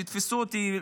אל תתפסו אותי,